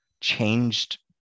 changed